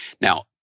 Now